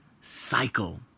cycle